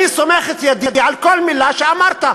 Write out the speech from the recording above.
אני סומך את ידי על כל מילה שאמרת.